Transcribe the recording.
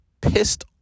pissed